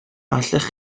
allech